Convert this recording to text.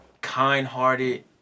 kind-hearted